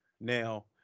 Now